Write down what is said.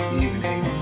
evening